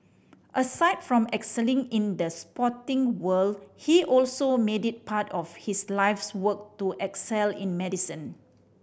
aside from excelling in the sporting world he also made it part of his life's work to excel in medicine